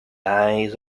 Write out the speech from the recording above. eyes